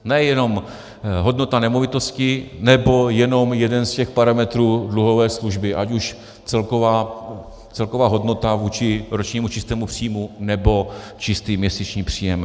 Nejenom hodnota nemovitostí nebo jenom jeden z těch parametrů dluhové služby, ať už celková hodnota vůči ročnímu čistému příjmu, nebo čistý měsíční příjem.